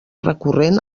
recurrent